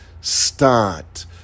start